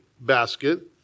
basket